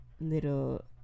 little